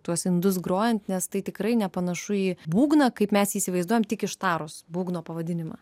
tuos indus grojant nes tai tikrai nepanašu į būgną kaip mes jį įsivaizduojam tik ištarus būgno pavadinimą